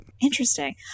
Interesting